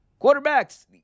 quarterbacks